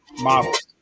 models